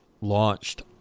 launched